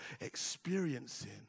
experiencing